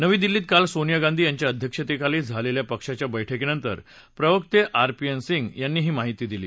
नवी दिल्लीत काल सोनिया गांधी यांच्या अध्यक्षतेखाली झालेल्या पक्षाच्या बैठकीनंतर प्रवक्ते आर पी एन सिंह यांनी ही माहिती दिली